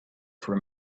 for